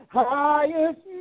highest